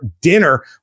dinner